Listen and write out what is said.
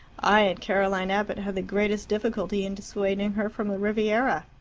i and caroline abbott had the greatest difficulty in dissuading her from the riviera.